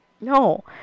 No